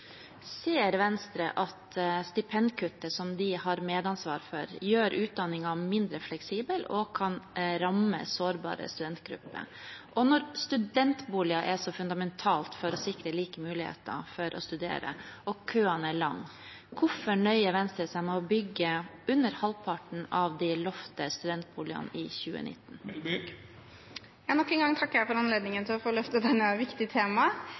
Ser Venstre at stipendkuttet som de har medansvar for, gjør utdanningen mindre fleksibel og kan ramme sårbare studentgrupper? Og når studentboliger er så fundamentalt for å sikre like muligheter for å studere og køene er lange, hvorfor nøyer Venstre seg med å bygge under halvparten av de lovte studentboligene i 2019? Nok en gang takker jeg for anledningen til å få løftet